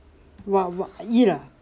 !wah! !wah! I eat ah